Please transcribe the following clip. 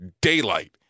Daylight